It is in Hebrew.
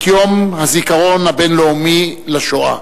את יום הזיכרון הבין-לאומי לשואה.